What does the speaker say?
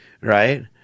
right